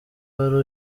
wari